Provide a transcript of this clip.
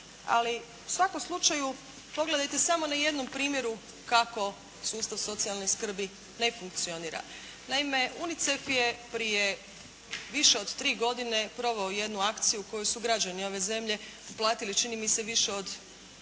Ali u svakom slučaju, pogledajte samo na jednom primjeru kako sustav socijalne skrbi ne funkcionira. Naime, UNICEF je prije više od tri godine proveo jednu akciju koju su građani ove zemlje platili čini mi se više od